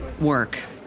work